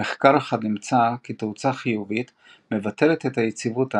במחקר אחד נמצא כי תאוצה חיובית מבטלת את היציבות העצמית,